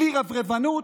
בלי רברבנות,